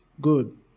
good